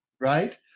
Right